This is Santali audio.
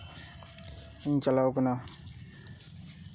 ᱤᱧ ᱪᱟᱞᱟᱣ ᱟᱠᱟᱱᱟ